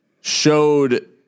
showed